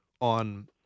on